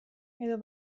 edo